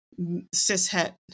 cishet